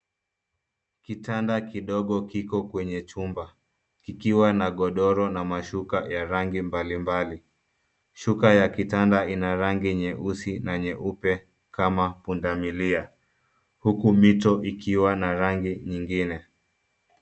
Kitanda kidogo kiko kwenye chumba, kikiwa na godoro na mashuka ya rangi mbalimbali. Shuka ya kitanda ina rangi nyeusi na nyeupe kama pundamilia, huku mito ikiwa na rangi nyingine.